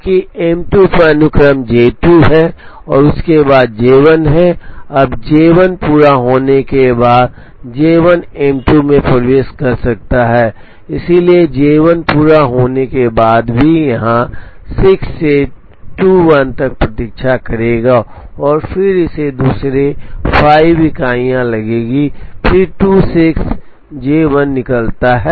चूँकि एम 2 पर अनुक्रम जे 2 है और उसके बाद जे 1 है अब जे 1 पूरा होने के बाद जे 1 एम 2 में प्रवेश कर सकता है इसलिए जे 1 पूरा होने के बाद भी यहाँ 6 से 21 तक प्रतीक्षा करेगा और फिर इसे दूसरी 5 इकाइयाँ लगेंगी और फिर 26 जे 1 निकलता है